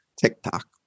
TikTok